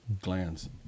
glands